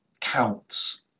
counts